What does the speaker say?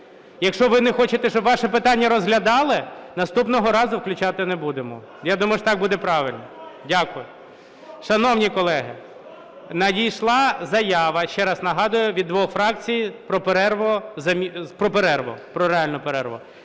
Якщо ви не хочете, щоб ваше питання розглядали, наступного разу включати не будемо, я думаю, що так буде правильно. Дякую. Шановні колеги! Надійшла заява, ще раз нагадую, від двох фракцій про перерву, про реальну перерву.